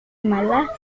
malasia